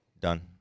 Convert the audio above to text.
done